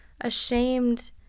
ashamed